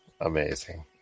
Amazing